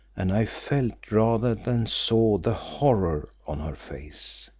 and i felt rather than saw the horror on her face.